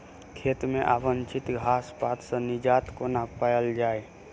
खेत मे अवांछित घास पात सऽ निजात कोना पाइल जाइ?